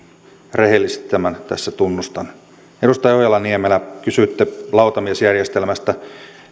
rehellisesti tämän tässä tunnustan edustaja ojala niemelä kysyitte lautamiesjärjestelmästä